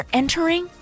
entering